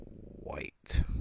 white